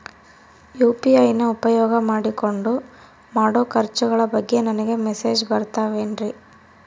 UPI ನ ಉಪಯೋಗ ಮಾಡಿಕೊಂಡು ಮಾಡೋ ಖರ್ಚುಗಳ ಬಗ್ಗೆ ನನಗೆ ಮೆಸೇಜ್ ಬರುತ್ತಾವೇನ್ರಿ?